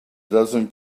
dozen